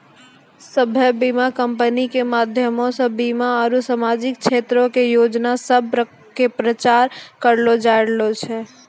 सभ्भे बीमा कंपनी के माध्यमो से बीमा आरु समाजिक क्षेत्रो के योजना सभ के प्रचार करलो जाय रहलो छै